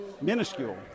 minuscule